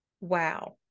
wow